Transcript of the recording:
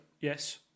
yes